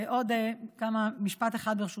עוד משפט אחד, ברשותך.